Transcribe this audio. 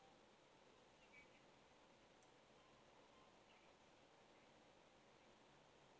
uh